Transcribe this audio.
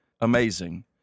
amazing